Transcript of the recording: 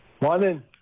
Morning